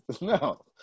No